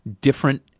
different